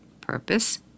purpose